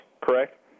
correct